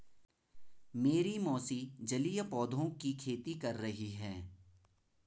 मेरी मौसी जलीय पौधों की खेती कर रही हैं